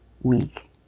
week